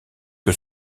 que